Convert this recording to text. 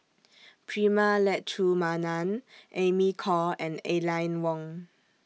Prema Letchumanan Amy Khor and Aline Wong